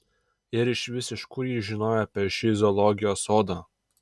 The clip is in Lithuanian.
ir išvis iš kur ji žinojo apie šį zoologijos sodą